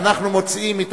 אני מברך אותך, אדוני השר.